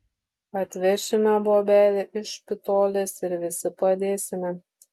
atvešime bobelę iš špitolės ir visi padėsime